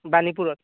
বাণীপুৰত